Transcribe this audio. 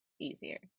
easier